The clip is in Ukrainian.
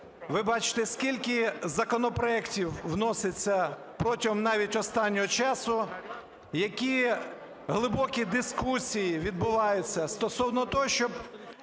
Ви бачите, скільки законопроектів вноситься протягом навіть останнього часу, які глибокі дискусії відбуваються стосовно того, щоб